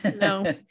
No